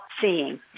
seeing